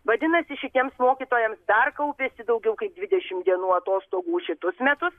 vadinasi šitiems mokytojams dar kaupiasi daugiau kaip dvidešimt dienų atostogų už šituos metus